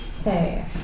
Okay